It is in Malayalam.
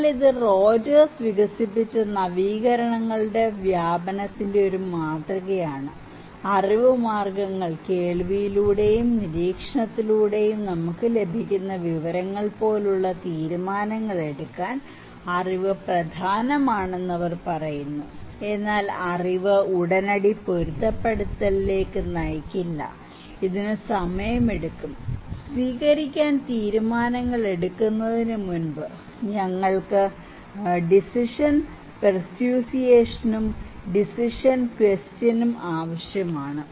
എന്നാൽ ഇത് റോജേഴ്സ് വികസിപ്പിച്ച നവീകരണങ്ങളുടെ വ്യാപനത്തിന്റെ ഒരു മാതൃകയാണ് അറിവ് മാർഗങ്ങൾ കേൾവിയിലൂടെയും നിരീക്ഷണത്തിലൂടെയും നമുക്ക് ലഭിക്കുന്ന വിവരങ്ങൾ പോലുള്ള തീരുമാനങ്ങൾ എടുക്കാൻ അറിവ് പ്രധാനമാണെന്ന് അവർ പറയുന്നു എന്നാൽ അറിവ് ഉടനടി പൊരുത്തപ്പെടുത്തലിലേക്ക് നയിക്കില്ല ഇതിന് സമയമെടുക്കും സ്വീകരിക്കാൻ തീരുമാനങ്ങൾ എടുക്കുന്നതിന് മുമ്പ് ഞങ്ങൾക്ക് ഡിസിഷൻ പെർസ്യൂയേഷന്സും ഡിസിഷൻ ക്വസ്റ്റ്യനും ആവശ്യമാണ്